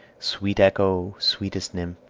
sweet echo, sweetest nymph,